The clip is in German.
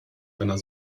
einer